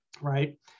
right